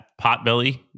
Potbelly